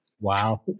Wow